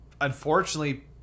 unfortunately